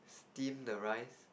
steam the rice